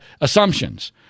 assumptions